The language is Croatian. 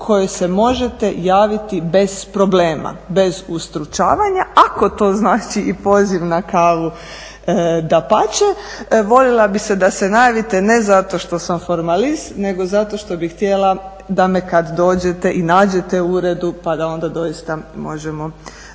kojoj se možete javiti bez problema, bez ustručavanja ako to znači i poziv na kavu, dapače. Voljela bih da se najavite ne zato što sam formalist nego zato što bih htjela da me kada dođete i nađete u uredu pa da onda doista možemo